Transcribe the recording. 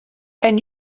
and